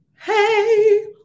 Hey